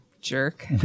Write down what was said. jerk